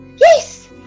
Yes